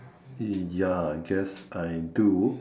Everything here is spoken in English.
ya I guess I do